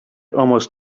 almost